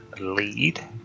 lead